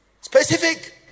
specific